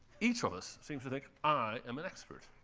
each of us seems to think, i am an expert.